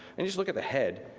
and just look at the head.